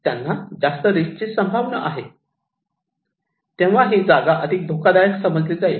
त्यांना जास्त रिस्क ची संभावना आहे तेव्हा ही जागा अधिक धोकादायक समजली जाईल